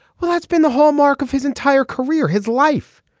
well that's been the hallmark of his entire career his life.